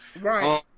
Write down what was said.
Right